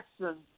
Jackson